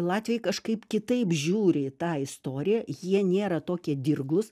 latviai kažkaip kitaip žiūri į tą istoriją jie nėra tokie dirglūs